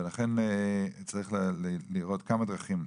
ולכן צריך לראות כמה דרכים.